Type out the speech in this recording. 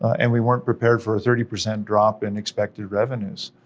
and we weren't prepared for a thirty percent drop in expected revenues,